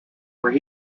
where